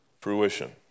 fruition